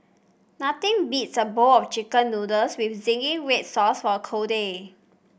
nothing beats a bowl of chicken noodles with zingy red sauce on a cold day